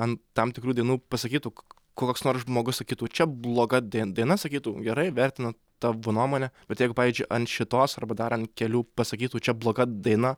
ant tam tikrų dainų pasakytų koks nors žmogus sakytų čia bloga die daina sakytų gerai vertinu tavo nuomonę bet jeigu pavyzdžiui ant šitos arba dar ant kelių pasakytų čia bloga daina